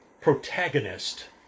protagonist